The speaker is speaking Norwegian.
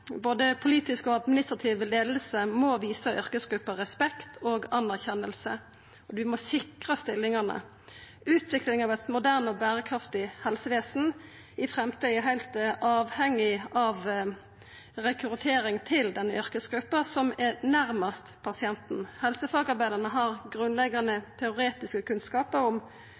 både politisk og administrativ leiing må visa yrkesgruppa respekt og anerkjenning, og dei må sikra stillingane. Utviklinga av eit moderne og berekraftig helsevesen i framtida er heilt avhengig av rekruttering til denne yrkesgruppa, som er nærmast pasienten. Helsefagarbeidarane har grunnleggjande teoretiske kunnskapar om